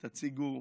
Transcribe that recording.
תציגו,